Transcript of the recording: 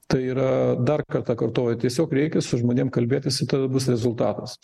tai yra dar kartą kartoju tiesiog reikia su žmonėm kalbėtis ir tada bus rezultatas